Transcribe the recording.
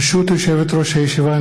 ברשות יושבת-ראש הישיבה,